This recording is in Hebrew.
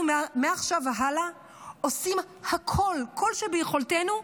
אנחנו מעכשיו והלאה עושים הכול, כל מה שביכולתנו,